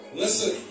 listen